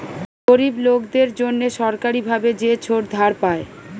গরিব লোকদের জন্যে সরকারি ভাবে যে ছোট ধার পায়